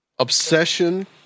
Obsession